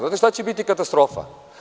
Znate šta će biti katastrofa?